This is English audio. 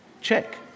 Check